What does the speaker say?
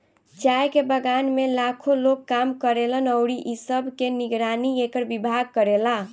चाय के बगान में लाखो लोग काम करेलन अउरी इ सब के निगरानी एकर विभाग करेला